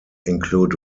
include